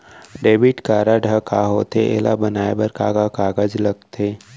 Debit card ह का होथे एला बनवाए बर का का कागज लगथे?